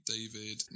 David